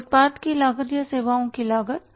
उत्पाद की लागत या सेवाओं की लागत